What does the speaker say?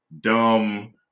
Dumb